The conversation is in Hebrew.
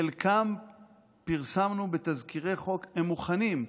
חלקם פרסמנו בתזכירי חוק, הם מוכנים.